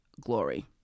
glory